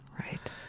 Right